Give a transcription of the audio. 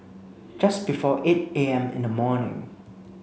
just before eight A M in the morning